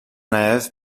nav